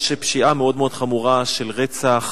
יש פשיעה מאוד חמורה של רצח,